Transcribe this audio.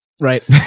right